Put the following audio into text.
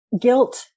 guilt